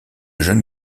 jeune